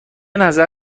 نظر